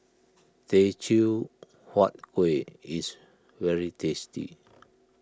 Teochew Huat Kuih is very tasty